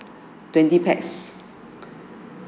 twenty pax